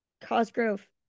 Cosgrove